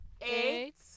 eight